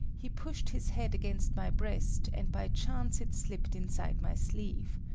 he pushed his head against my breast and by chance it slipped inside my sleeve.